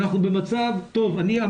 ואנחנו במצב טוב.